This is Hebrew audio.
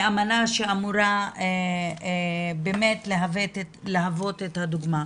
מאמנה שאמורה באמת להוות את הדוגמה.